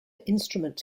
instrument